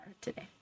today